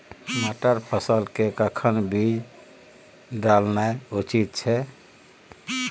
मटर फसल के कखन बीज डालनाय उचित छै?